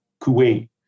Kuwait